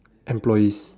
employees